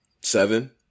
Seven